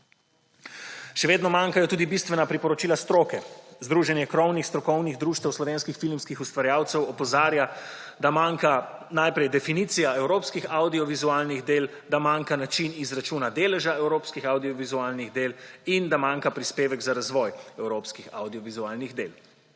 Še vedno manjkajo tudi bistvena priporočila stroke. Združenje krovnih strokovnih društev slovenskih filmskih ustvarjalcev opozarja, da manjka, najprej, definicija evropskih avdiovizualnih del, da manjka način izračuna deleža evropskih avdiovizualnih del in da manjka prispevek za razvoj evropskih avdiovizualnih del.